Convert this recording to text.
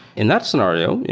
in that scenario,